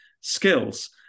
skills